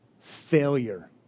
failure